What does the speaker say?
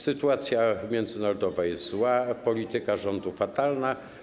Sytuacja międzynarodowa jest zła, polityka rządu - fatalna.